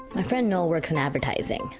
my friend noel works in advertising.